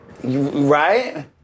Right